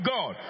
God